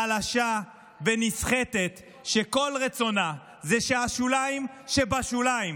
חלשה ונסחטת שכל רצונה זה שהשוליים שבשוליים